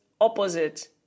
opposite